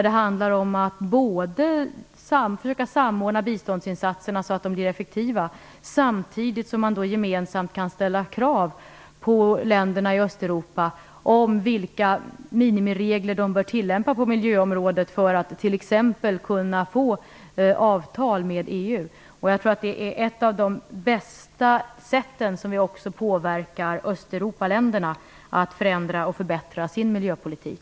Det handlar om att försöka samordna biståndsinsatserna så att de blir effektiva, samtidigt som man gemensamt kan ställa krav på länderna i Östeuropa vad gäller vilka minimiregler de bör tilllämpa på miljöområdet för att t.ex. kunna få avtal med EU. Jag tror att det är ett av de bästa sätten att också påverka länderna i Östeuropa till att förändra och förbättra sin miljöpolitik.